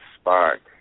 spark